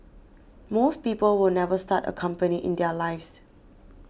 most people will never start a company in their lives